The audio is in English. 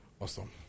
Awesome